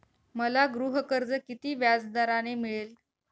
मला गृहकर्ज किती व्याजदराने मिळेल?